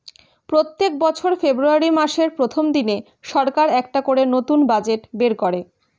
প্রত্যেক বছর ফেব্রুয়ারি মাসের প্রথম দিনে সরকার একটা করে নতুন বাজেট বের করে